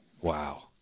Wow